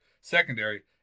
secondary